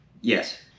Yes